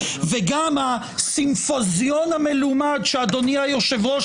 וגם הסימפוזיון המלומד שאדוני היושב-ראש